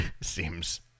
seems